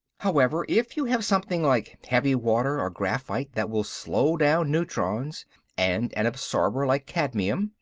however, if you have something like heavy water or graphite that will slow down neutrons and an absorber like cadmium,